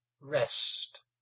rest